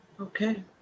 Okay